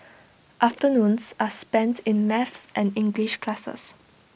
afternoons are spent in maths and English classes